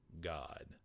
God